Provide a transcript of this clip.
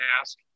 ask